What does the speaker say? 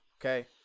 Okay